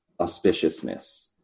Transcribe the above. auspiciousness